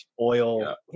oil